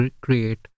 create